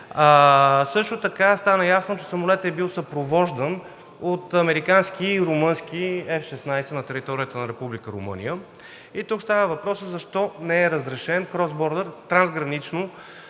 Също така стана ясно, че самолетът е бил съпровождан от американски и румънски F-16 на територията на Република Румъния. И тук става въпрос: защо не е разрешена cross border, трансгранична